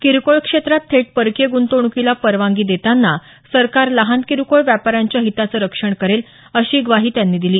किरकोळ क्षेत्रात थेट परकीय ग्रंतवणुकीला परवानगी देताना सरकार लहान किरकोळ व्यापाऱ्यांच्या हिताचं रक्षण करेल अशी ग्वाही त्यांनी दिली